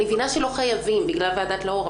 אני מבינה שלא חייבים בגלל ועדת לאור,